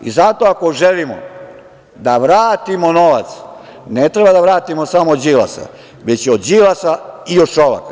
I zato ako želimo da vratimo novac, ne treba da vratimo samo od Đilasa, već i od Đilasa i od Šolaka.